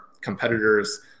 competitors